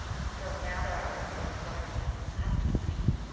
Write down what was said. so now there are over four hundred thousand customers.